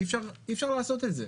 אי אפשר לעשות את זה.